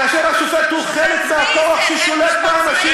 כאשר השופט הוא חלק מהכוח ששולט באנשים,